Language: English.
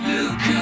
Look